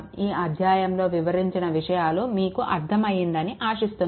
ఈ అధ్యాయంలో వివరించిన విషయాలు మీకు అర్ధం అయ్యిందని ఆశిస్తున్నాను